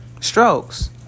strokes